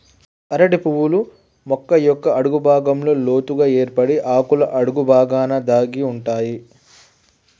అరటి పువ్వులు మొక్క యొక్క అడుగు భాగంలో లోతుగ ఏర్పడి ఆకుల అడుగు బాగాన దాగి ఉంటాయి